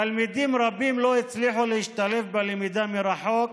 תלמידים רבים לא הצליחו להשתלב בלמידה מרחוק